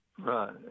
Right